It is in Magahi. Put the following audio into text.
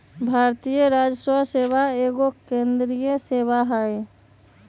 भारतीय राजस्व सेवा एगो केंद्रीय सेवा हइ